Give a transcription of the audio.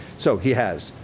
so, he has